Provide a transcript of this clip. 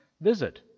visit